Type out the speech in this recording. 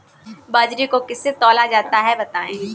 बाजरे को किससे तौला जाता है बताएँ?